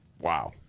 wow